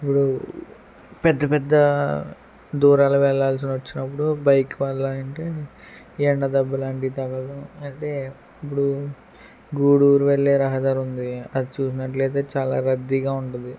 ఇప్పుడు పెద్దపెద్ద దూరాలు వెళ్ళాల్సి వచ్చినప్పుడు బైక్ కావాలంటే ఎండ దెబ్బలు లాంటి తగలడం అంటే ఇప్పుడు గూడూరు వెళ్ళే రహదారుంది అది చూసినట్లయితే చాలా రద్దీగా ఉంటుంది